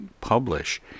publish